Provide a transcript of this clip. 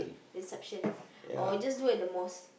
reception or just do at the mosque